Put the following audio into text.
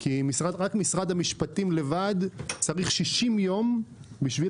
כי רק משרד המשפטים לבד צריך 60 יום בשביל